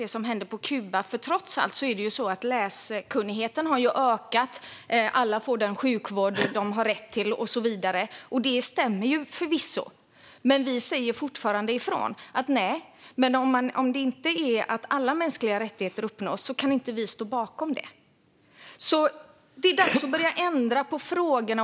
Det stämmer förvisso att läskunnigheten har ökat, att alla får den sjukvård de har rätt till och så vidare, men vi säger fortfarande ifrån. Om inte alla mänskliga rättigheter uppfylls kan inte vi stå bakom det. Det är dags att börja ändra på frågorna.